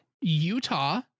Utah